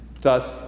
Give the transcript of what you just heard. thus